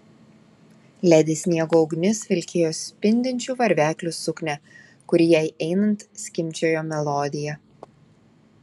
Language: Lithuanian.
ledi sniego ugnis vilkėjo spindinčių varveklių suknią kuri jai einant skimbčiojo melodiją